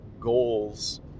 goals